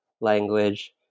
language